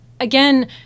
again